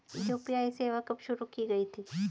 UPI सेवा कब शुरू की गई थी?